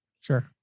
Sure